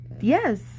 Yes